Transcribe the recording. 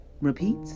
Repeat